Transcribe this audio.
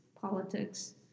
politics